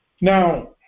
Now